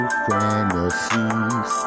fantasies